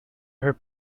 her